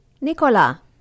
Nicola